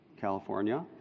California